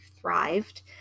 thrived